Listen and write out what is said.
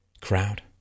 Crowd